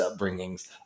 upbringings